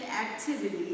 activity